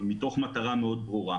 מתוך מטרה מאוד ברורה.